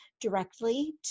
directly